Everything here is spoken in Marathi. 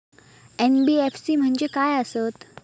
एन.बी.एफ.सी म्हणजे खाय आसत?